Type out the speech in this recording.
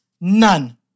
None